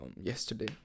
yesterday